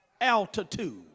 altitude